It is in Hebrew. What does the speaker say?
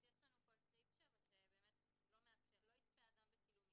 אז יש לנו פה את סעיף 7 שלא מאפשר: "לא יצפה אדם בצילומים